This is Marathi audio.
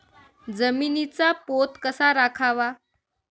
जमिनीचा पोत कसा राखावा?